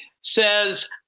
says